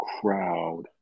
crowd